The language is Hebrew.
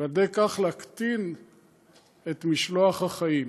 ועל ידי כך להקטין את משלוח החיים.